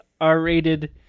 R-rated